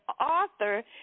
author